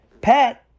Pat